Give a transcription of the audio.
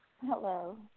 Hello